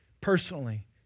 personally